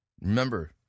remember